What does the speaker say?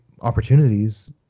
opportunities